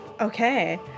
okay